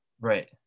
Right